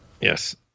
Yes